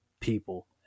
people